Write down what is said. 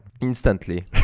instantly